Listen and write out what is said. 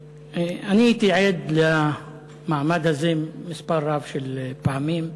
תודה, אני הייתי עד למעמד הזה מספר רב של פעמים.